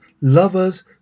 lovers